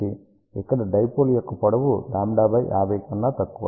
ఇక్కడ డైపోల్ యొక్క పొడవు λ 50 కన్నా తక్కువ